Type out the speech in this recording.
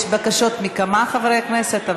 יש בקשות מכמה חברי כנסת,